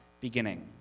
beginning